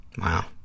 Wow